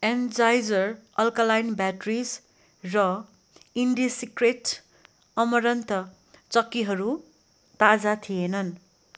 energiser alkaline batteries र इन्डिसिक्रेट्स amaranth चिक्कीहरू ताजा थिएनन्